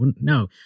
no